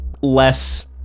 less